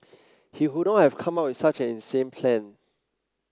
he wouldn't have come up with such an insane plan